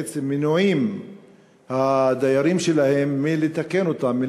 בעצם הדיירים שלהם מנועים מלתקן אותם,